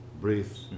breath